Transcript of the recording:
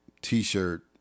T-shirt